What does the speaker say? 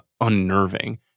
unnerving